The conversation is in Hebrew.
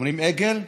אומרים אגל?